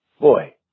boy